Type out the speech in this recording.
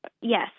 yes